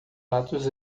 atos